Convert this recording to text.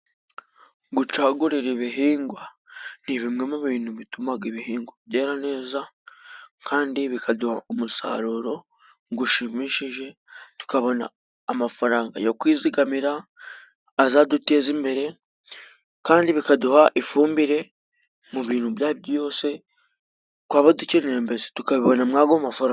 Gucagurira ibihingwa, ni bimwe mu bintu bitumaga ibihingwa byera neza kandi bikaduha umusaruro gushimishije, tukabona amafaranga yo kwizigamira azaduteza imbere kandi bikaduha ifumbire mu bintu ibyo ari byo byose twaba dukeneye mbese tukabibonamo ago mafaranga.